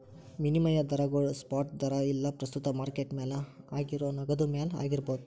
ವಿನಿಮಯ ದರಗೋಳು ಸ್ಪಾಟ್ ದರಾ ಇಲ್ಲಾ ಪ್ರಸ್ತುತ ಮಾರ್ಕೆಟ್ ಮೌಲ್ಯ ಆಗೇರೋ ನಗದು ಮೌಲ್ಯ ಆಗಿರ್ಬೋದು